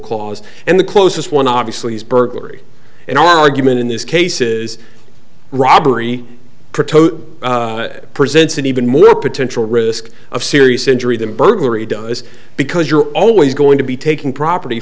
clause and the closest one obviously is burglary an argument in this case is robbery it presents an even more potential risk of serious injury than burglary does because you're always going to be taking property